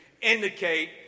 indicate